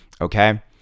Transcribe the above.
okay